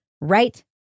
right